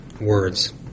words